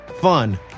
fun